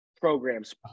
programs